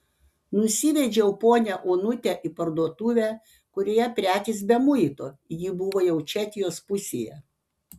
nusivedžiau ponią onutę į parduotuvę kurioje prekės be muito ji buvo jau čekijos pusėje